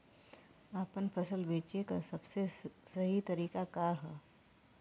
आपन फसल बेचे क सबसे सही तरीका का ह?